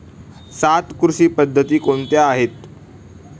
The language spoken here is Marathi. सात कृषी पद्धती कोणत्या आहेत?